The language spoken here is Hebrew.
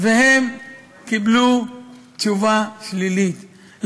והם קיבלו תשובה שלילית,